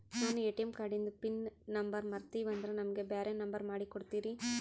ನಾನು ಎ.ಟಿ.ಎಂ ಕಾರ್ಡಿಂದು pin number ಮರತೀವಂದ್ರ ನಮಗ ಬ್ಯಾರೆ ನಂಬರ್ ಮಾಡಿ ಕೊಡ್ತೀರಿ?